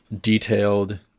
detailed